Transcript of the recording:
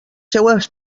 seues